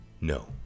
No